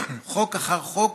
חוק אחר חוק,